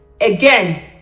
Again